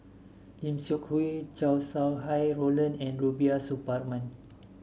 Lim Seok Hui Chow Sau Hai Roland and Rubiah Suparman